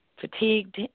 fatigued